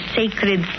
sacred